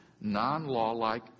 non-law-like